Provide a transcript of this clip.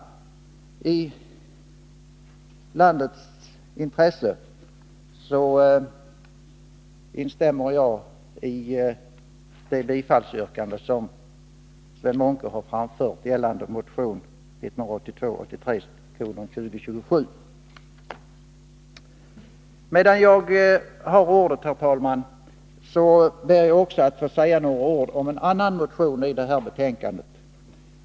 I landets intresse instämmer jag i Sven Munkes yrkande om bifall till motion 1982/83:2027. Eftersom jag ändå har ordet, herr talman, vill jag också säga något om en annan motion som behandlas i detta betänkande.